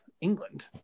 England